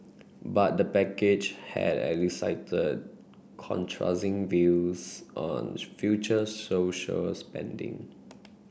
but the package had elicited contrasting views on future social spending